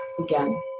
Again